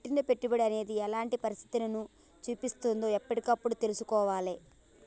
పెట్టిన పెట్టుబడి అనేది ఎలాంటి పనితీరును చూపిస్తున్నదో ఎప్పటికప్పుడు తెల్సుకోవాలే